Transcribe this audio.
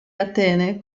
atene